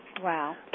Wow